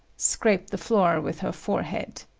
scraped the floor with her forehead.